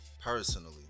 Personally